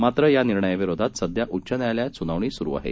मात्रयानिर्णयाविरोधातसध्याउच्चन्यायालयातसुनावणीसुरुआहे